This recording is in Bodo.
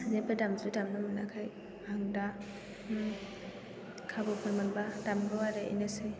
जेबो दामजु दामनो मोनाखै आं दा खाबुफोर मोनबा दामगौ आरो बेनोसै